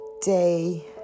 day